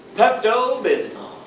pepto bismol.